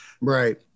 Right